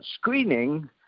screening